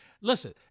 listen